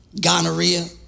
gonorrhea